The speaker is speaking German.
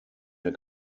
der